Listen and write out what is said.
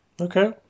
Okay